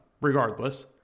regardless